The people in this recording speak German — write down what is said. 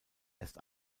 erst